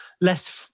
less